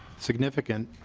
significant